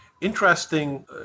Interesting